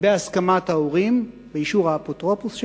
בהסכמת ההורים, באישור האפוטרופוס שלו,